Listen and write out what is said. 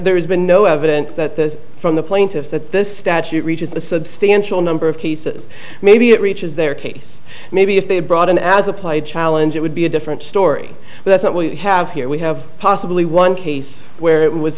there has been no evidence that this from the plaintiffs that this statute reaches a substantial number of cases maybe it reaches their case maybe if they brought in as applied challenge it would be a different story but that's what we have here we have possibly one case where it was